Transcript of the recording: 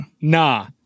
nah